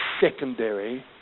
secondary